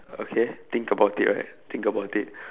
okay think about it right think about it